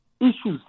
issues